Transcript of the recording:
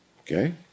Okay